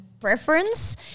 preference